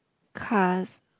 cars